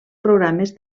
programes